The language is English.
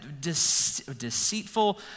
deceitful